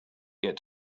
get